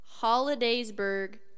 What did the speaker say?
Holidaysburg